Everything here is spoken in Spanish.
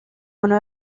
uno